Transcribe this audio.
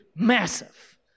Massive